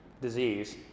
disease